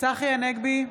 צחי הנגבי,